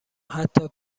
حتی